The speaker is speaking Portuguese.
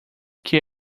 que